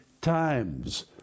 times